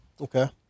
Okay